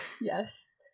yes